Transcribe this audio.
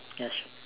yes